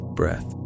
breath